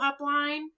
upline